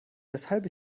weshalb